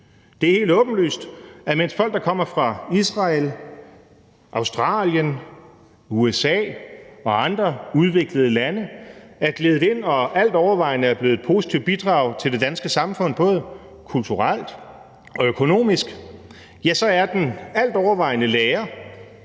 Det er helt åbenlyst, at mens folk, der kommer fra Israel, Australien, USA og andre udviklede lande, er gledet ind og altovervejende er blevet et positivt bidrag til det danske samfund både kulturelt og økonomisk, ja, så er den altovervejende lære